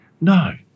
no